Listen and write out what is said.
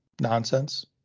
nonsense